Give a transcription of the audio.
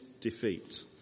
defeat